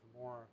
more